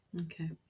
Okay